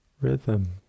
rhythm